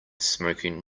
smoking